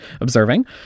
observing